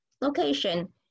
location